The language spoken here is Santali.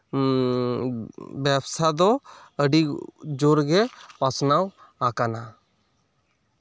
ᱮᱸ ᱵᱮᱵᱽᱥᱟ ᱫᱚ ᱟᱹᱰᱤ ᱡᱳᱨ ᱜᱮ ᱯᱟᱥᱱᱟᱣ ᱟᱠᱟᱱᱟ